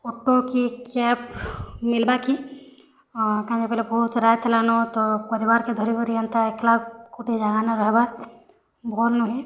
ଅଟୋକି cab ମିଲବା କି ଆର୍ କାଏଁଯେ ବୋଲେ ବହୁତ୍ ରାଏତ୍ ହେଲାନ ତ ପରିବାର୍କେ ଧରିକରି ଏନ୍ତା ଏକଲା ଗୁଟେ ଜାଗାନେ ରହେବାର୍ ଠିକ୍ ନୁହେଁ